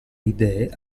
idee